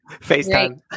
Facetime